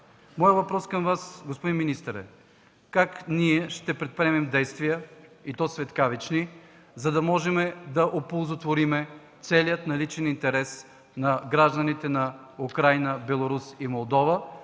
Моят въпрос към Вас, господин министър, е следният: как ние ще предприемем действия, и то светкавични, за да можем да оползотворим целия наличен интерес на гражданите на Украйна, Беларус и Молдова,